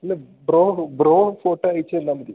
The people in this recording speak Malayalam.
അല്ല ബ്രോ ബ്രോ ഫോട്ടോ അയച്ച് തന്നാൽ മതി